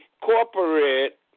corporate